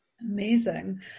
Amazing